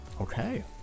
okay